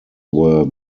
were